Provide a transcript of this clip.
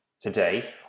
Today